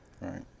Right